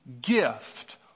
gift